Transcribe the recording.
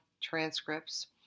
transcripts